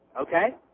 okay